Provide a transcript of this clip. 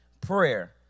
prayer